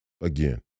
again